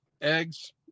Eggs